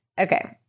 okay